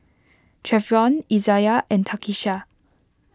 Treyvon Izayah and Takisha